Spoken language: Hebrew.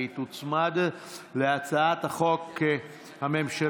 והיא תוצמד להצעת החוק הממשלתית.